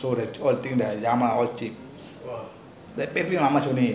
this one the thing ah all the drama !wah! that pay how much